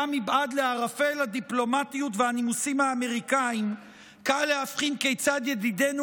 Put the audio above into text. גם מבעד לערפל הדיפלומטיות והנימוסים האמריקאים קל להבחין כיצד ידידינו